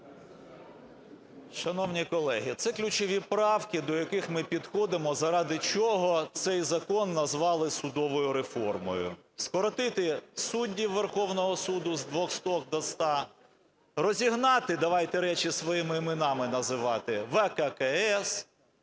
Шановні колеги, це – ключові правки, до яких ми підходимо, заради чого цей закон назвали "судовою реформою": скоротити суддів Верховного Суду з 200 до 100, розігнати – давайте речі своїми іменами називати – ВККС,